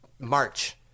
March